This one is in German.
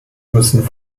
müssen